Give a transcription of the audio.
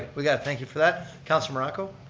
we got it. thank you for that. councilor morocco.